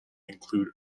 include